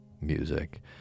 music